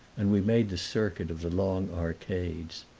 and we made the circuit of the long arcades.